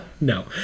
No